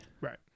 right